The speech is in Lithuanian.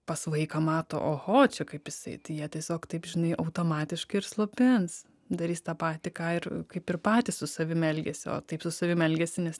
pas vaiką mato oho čia kaip jisai tai jie tiesiog taip žinai automatiškai ir slopins darys tą patį ką ir kaip ir patys su savim elgėsi o taip su savim elgėsi nes